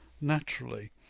naturally